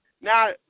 Now